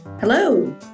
Hello